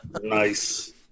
Nice